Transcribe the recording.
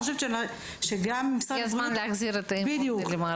חושבת --- הגיע הזמן להחזיר את האמון במערכת.